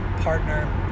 partner